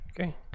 okay